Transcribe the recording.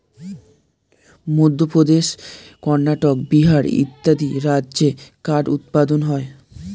মধ্যপ্রদেশ, কর্ণাটক, বিহার ইত্যাদি রাজ্যে কাঠ উৎপাদন হয়